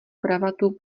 kravatu